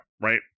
Right